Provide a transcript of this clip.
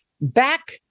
back